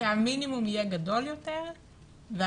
שהמינימום יהיה גדול יותר והמקסימום,